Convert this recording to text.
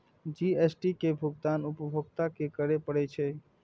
GST के भुगतान उपभोक्ता कें करय पड़ै छै